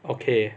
okay